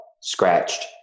scratched